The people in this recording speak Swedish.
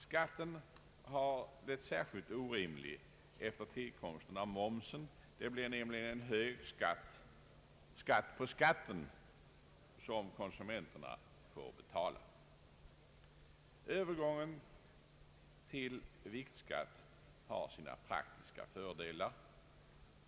Skatten har blivit särskilt orimlig efter införandet av momsen. Det blir nämligen en hög skatt på choklad — skatt på skatten — som konsumenterna får betala. Övergången till viktskatt har sina praktiska fördelar.